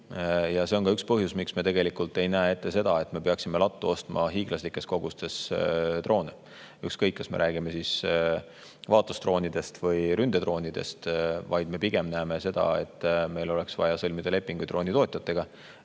ja see on ka üks põhjus, miks me tegelikult ei näe ette seda, et me peaksime lattu ostma hiiglaslikes kogustes droone, ükskõik kas me räägime vaatlusdroonidest või ründedroonidest. Me pigem arvame, et meil oleks vaja sõlmida lepinguid droonitootjatega,